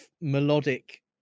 melodic